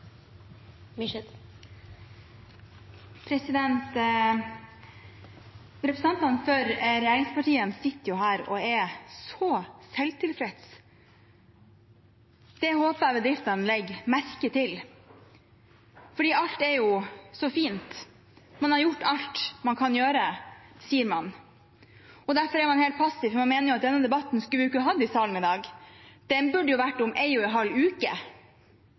Brønnøysundregistrene. Representantene for regjeringspartiene sitter her og er så selvtilfredse. Det håper jeg bedriftene legger merke til. Alt er så fint, man har gjort alt man kan gjøre, sier man. Derfor er man helt passive, for man mener at vi ikke skulle hatt denne debatten i salen i dag, den burde vært om halvannen uke. Det henger man seg opp i og